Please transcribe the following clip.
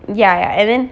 ya and then